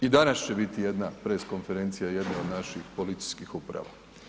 I danas će biti jedna press konferencija jedne od naših policijskih uprava.